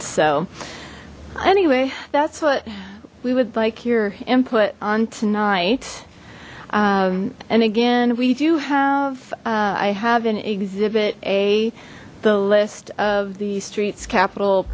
so anyway that's what we would like your input on tonight and again we do have i have an exhibit a the list of the streets capital